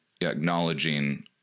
acknowledging